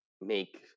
make